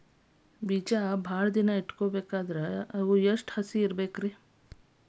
ಬೇಜ ಭಾಳ ದಿನ ಇಡಬೇಕಾದರ ಎಷ್ಟು ಹಸಿ ಇರಬೇಕು?